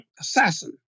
assassin